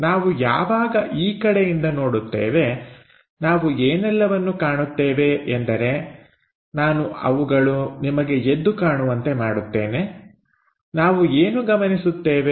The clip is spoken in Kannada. ನಾವು ಯಾವಾಗ ಈ ಕಡೆಯಿಂದ ನೋಡುತ್ತೇವೆ ನಾವು ಏನೆಲ್ಲವನ್ನು ಕಾಣುತ್ತೇವೆ ಎಂದರೆ ನಾನು ಅವುಗಳು ನಿಮಗೆ ಎದ್ದು ಕಾಣುವಂತೆ ಮಾಡುತ್ತೇನೆ ನಾವು ಏನು ಗಮನಿಸುತ್ತೇವೆ